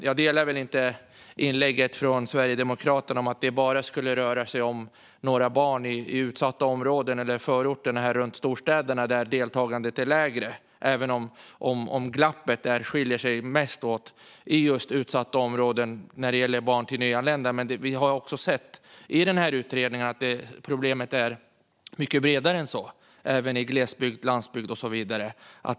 Jag delar inte synen i inlägget från Sverigedemokraterna att det här bara skulle röra sig om några barn i utsatta områden eller i förorterna runt storstäderna, där deltagandet är lägre, även om glappet är störst i just utsatta områden när det gäller barn till nyanlända. Men vi har också sett i utredningen att problemet är mycket bredare än så och att det finns även i glesbygd, på landsbygd och så vidare.